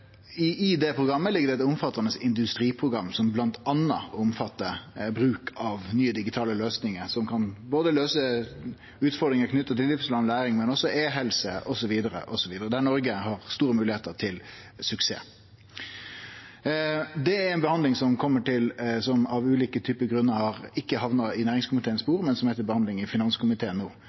omfattande industriprogram som bl.a. omfattar bruk av nye, digitale løysingar som kan løyse utfordringar knytte til livslang læring, men også e-helse osv., der Noreg har store moglegheiter for suksess. Det er ei sak som av ulike grunnar ikkje har hamna på næringskomiteens bord, men som er til behandling i finanskomiteen no,